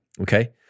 okay